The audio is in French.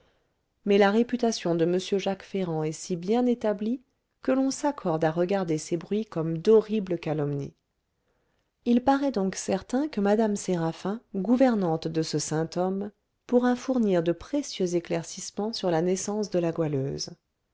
mais la réputation de m jacques ferrand est si bien établie que l'on s'accorde à regarder ces bruits comme d'horribles calomnies il paraît donc certain que mme séraphin gouvernante de ce saint homme pourra fournir de précieux éclaircissements sur la naissance de la goualeuse